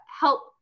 help